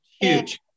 huge